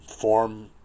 form